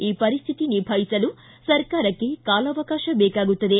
ಈ ಪರಿಶ್ಥಿತಿ ನಿಭಾಯಿಸಲು ಸರ್ಕಾರಕ್ಕೆ ಕಾಲಾವಕಾಶ ಬೇಕಾಗುತ್ತದೆ